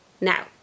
Now